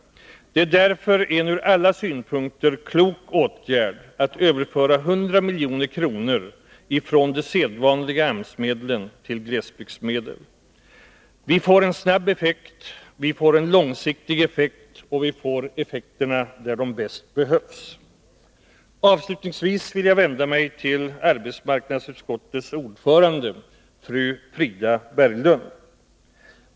Det är därför en ur alla synpunkter klok åtgärd att överföra 100 milj.kr. från de sedvanliga AMS-medlen till glesbygdsmedel. Vi får en snabb effekt, vi får en långsiktig effekt och vi får effekterna där de bäst behövs. Avslutningsvis vill jag vända mig till arbetsmarknadsutskottets ordförande, fru Frida Berglund.